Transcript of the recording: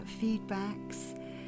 feedbacks